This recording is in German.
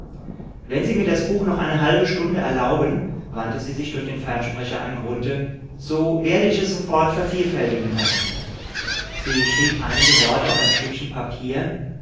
wenn sie mir das buch noch eine halbe stunde erlauben wandte sie sich durch den fernsprecher an grunthe so werde ich es sofort vervielfältigen lassen sie schrieb einige worte auf ein stückchen papier